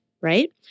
right